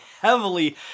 heavily